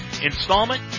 installment